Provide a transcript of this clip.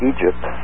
Egypt